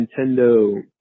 Nintendo